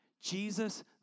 Jesus